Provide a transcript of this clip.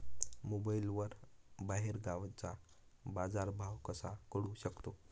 मोबाईलवर बाहेरगावचा बाजारभाव कसा कळू शकतो?